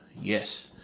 Yes